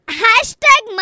hashtag